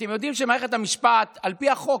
אתם יודעים שמערכת המשפט, על פי החוק,